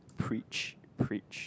preach preach